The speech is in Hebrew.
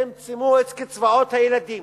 צמצמו את קצבאות הילדים,